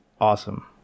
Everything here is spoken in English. awesome